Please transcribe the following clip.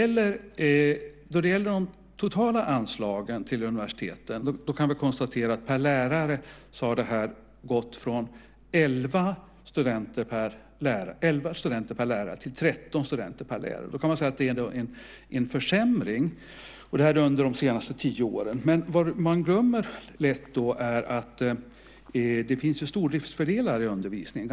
Ja, då det gäller det totala anslaget till universiteten kan vi konstatera att detta per lärare gått från 11 studenter per lärare till 13 studenter per lärare. Då kan man visserligen säga att det är en försämring som skett under de senaste tio åren, men det man lätt glömmer är att det finns ganska ordentliga stordriftsfördelar i undervisningen.